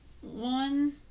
One